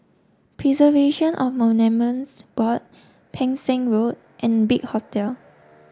Preservation of Monuments Board Pang Seng Road and Big Hotel